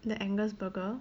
the angus burger